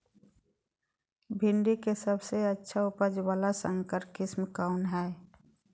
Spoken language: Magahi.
भिंडी के सबसे अच्छा उपज वाला संकर किस्म कौन है?